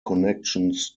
connections